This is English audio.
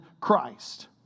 Christ